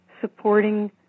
supporting